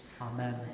Amen